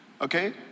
okay